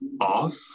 off